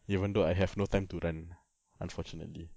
eventhough I have no time to run unfortunately